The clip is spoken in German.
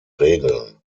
regeln